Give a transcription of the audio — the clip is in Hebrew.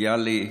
ביאליק: